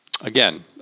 again